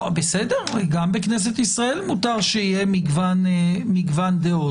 בסדר, גם בכנסת ישראל מותר שיהיה מגוון דעות.